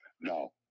No